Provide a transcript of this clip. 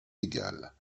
égales